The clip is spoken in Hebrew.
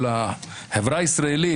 לחברה הישראלית,